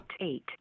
eight